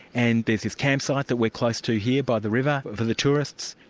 and there's this campsite that we've close to here by the river, for the tourists.